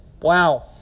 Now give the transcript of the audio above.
Wow